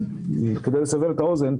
לסבר את האוזן,